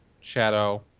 shadow